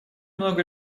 много